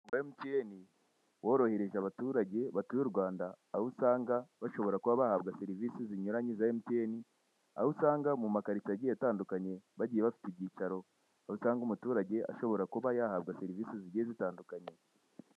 MTN, worohereje abaturage batuye u Rwanda, aho usanga bashobora kuba bahabwa serivisi zinyuranye za MTN, aho usanga mu makarito agiye atandukanye, bagiye bafite ibyicaro, aho usanga umuturage ashobora kuba yahabwa serivisi zigiye zitandukanye.